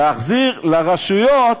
להחזיר לרשויות